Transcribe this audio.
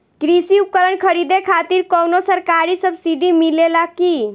कृषी उपकरण खरीदे खातिर कउनो सरकारी सब्सीडी मिलेला की?